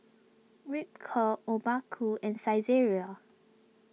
Ripcurl Obaku and Saizeriya